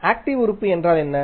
active உறுப்பு என்றால் என்ன